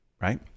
right